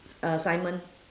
uh simon